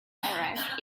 arrived